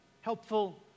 helpful